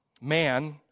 man